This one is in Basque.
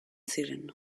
ziren